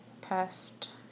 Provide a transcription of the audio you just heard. past